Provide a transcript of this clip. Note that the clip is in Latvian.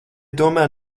tomēr